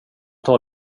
tar